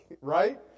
Right